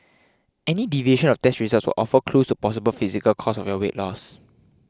any deviation of test results will offer clues to possible physical causes of your weight loss